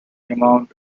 amount